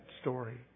story